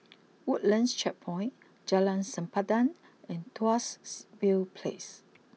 Woodlands Checkpoint Jalan Sempadan and Tuas view place